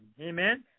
Amen